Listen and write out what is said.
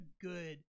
good